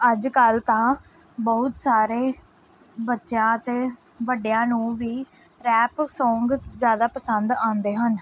ਅੱਜ ਕੱਲ੍ਹ ਤਾਂ ਬਹੁਤ ਸਾਰੇ ਬੱਚਿਆਂ ਅਤੇ ਵੱਡਿਆਂ ਨੂੰ ਵੀ ਰੈਪ ਸੌਂਗ ਜ਼ਿਆਦਾ ਪਸੰਦ ਆਉਂਦੇ ਹਨ